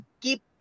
keep